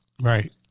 Right